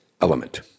element